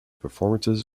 performances